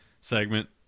segment